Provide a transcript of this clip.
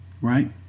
Right